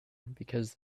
because